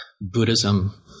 Buddhism